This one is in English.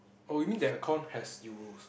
oh you mean their account has euros